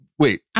Wait